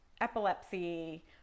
epilepsy